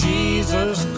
Jesus